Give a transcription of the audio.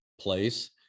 place